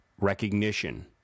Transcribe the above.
recognition